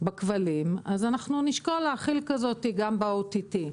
בכבלים אז אנחנו נשקול להחיל כזאת גם ב-OTT.